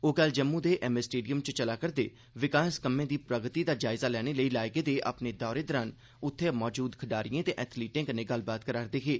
ओ कल जम्मू दे M A stadium च चलै करदे विकास कम्में दी प्रगति दा जायजा लैने लेई लाए गेदे अपने दौरे दौरान उत्थे मौजूद खडारियें ते एथलीटें कन्नै गल्लबात करा करदे हे